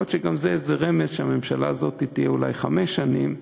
יכול להיות שגם זה איזה רמז שהממשלה הזאת תהיה אולי חמש שנים,